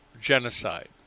genocide